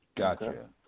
Gotcha